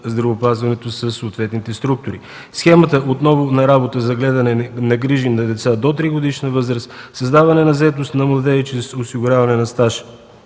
здравеопазването със съответните структури. Схемата „Отново на работа” – за гледане и грижи за деца до тригодишна възраст, създаване на заетост на младежи чрез осигуряване на стаж